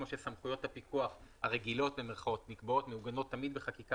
כמו שסמכויות הפיקוח "הרגילות" נקבעות ומעוגנות תמיד בחקיקה